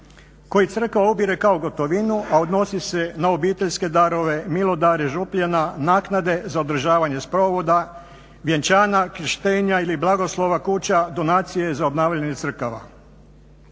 koji crkva ubire kao gotovinu, a odnosi se na obiteljske darove, milodare župljana, naknade za održavanje sprovoda, vjenčanja, krštenja ili blagoslova kuća, donacije za obnavljanje crkava.